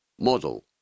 Model